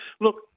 Look